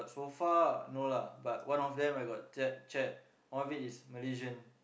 so far no lah but one of them I got chat chat one of it is Malaysian